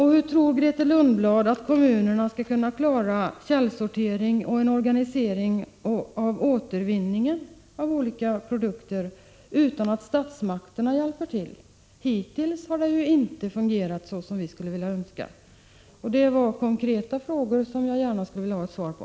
Hur tror Grethe Lundblad att kommunerna skall kunna klara en källsortering och en organisering av återvinningen av olika produkter utan att statsmakterna hjälper till? Hittills har det ju inte fungerat så som vi önskar. Det var konkreta frågor, som jag gärna skulle vilja ha svar på.